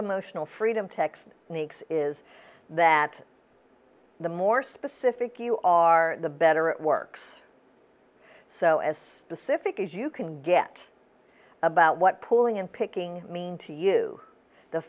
emotional freedom text is that the more specific you are the better it works so as specific as you can get about what pulling and picking mean to you the